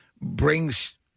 brings